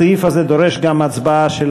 הסעיף הזה דורש גם הצבעה של